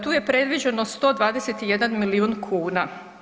Tu je predviđeno 121 milijun kuna.